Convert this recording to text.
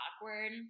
awkward